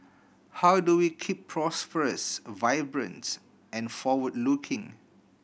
how do we keep prosperous vibrant and forward looking